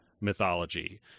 mythology